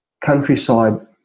countryside